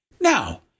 Now